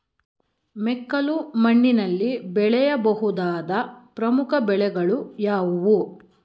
ಮೆಕ್ಕಲು ಮಣ್ಣಿನಲ್ಲಿ ಬೆಳೆಯ ಬಹುದಾದ ಪ್ರಮುಖ ಬೆಳೆಗಳು ಯಾವುವು?